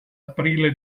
aprile